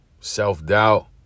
self-doubt